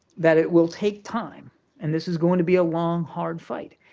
that it will take time and this is going to be a long, hard fight,